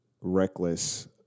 reckless